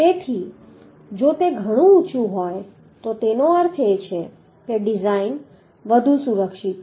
તેથી જો તે ઘણું ઊંચું હોય તો તેનો અર્થ એ કે ડિઝાઇન વધુ સુરક્ષિત છે